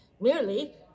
merely